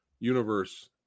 Universe